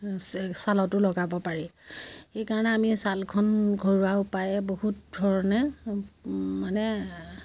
ছালতো লগাব পাৰি সেইকাৰণে আমি ছালখন ঘৰুৱা উপায়েৰে বহুত ধৰণে মানে